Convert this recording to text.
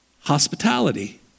hospitality